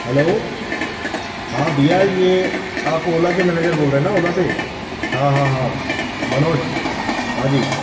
hello हाँ भईया ये आप ओला के मैनेजर बोल रहे ना ओला से हाँ हाँ हाँ मनोज हाँ जी